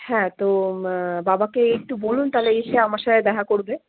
হ্যাঁ তো বাবাকে একটু বলুন তাহলে এসে আমার সয়ে দেখা করবে